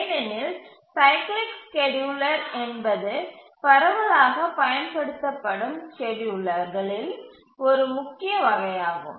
ஏனெனில் cyclic scheduler என்பது பரவலாகப் பயன்படுத்தப்படும் ஸ்கேட்யூலர் களின் ஒரு முக்கிய வகையாகும்